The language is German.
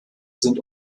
sind